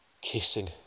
kissing